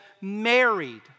married